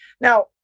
now